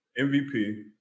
MVP